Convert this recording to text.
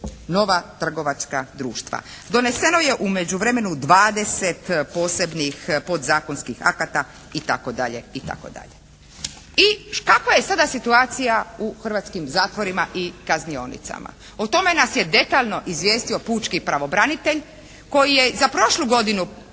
nova trgovačka društva. Doneseno je u međuvremenu 20 posebnih podzakonskih akata itd. itd. I kakva je sada situacija u hrvatskim zatvorima i kaznionicama, o tome nas je detaljno izvijestio pučki pravobranitelj koji je za prošlu godinu